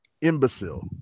imbecile